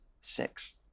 six